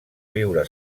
viure